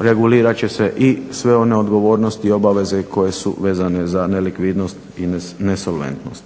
Regulirat će se sve one odgovornosti i obaveze koje su vezane za nelikvidnost i nesolventnost.